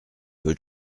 peu